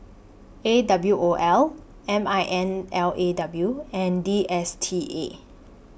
A W O L M I N L A W and D S T A